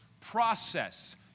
process